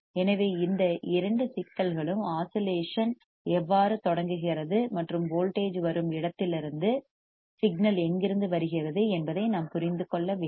எனவே இந்த இரண்டு சிக்னல்களும் ஆஸிலேஷன் எவ்வாறு தொடங்குகிறது மற்றும் வோல்டேஜ் வரும் இடத்திலிருந்து சிக்னல் எங்கிருந்து வருகிறது என்பதை நாம் புரிந்து கொள்ள வேண்டும்